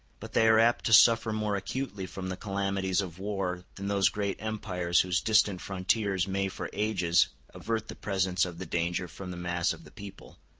but they are apt to suffer more acutely from the calamities of war than those great empires whose distant frontiers may for ages avert the presence of the danger from the mass of the people,